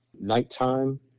nighttime